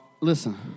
Listen